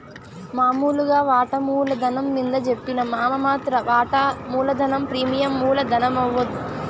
మామూలుగా వాటామూల ధనం మింద జెప్పిన నామ మాత్ర వాటా మూలధనం ప్రీమియం మూల ధనమవుద్ది